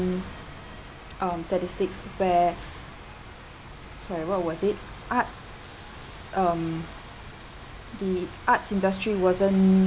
um statistics where sorry what was it arts um the arts industry wasn't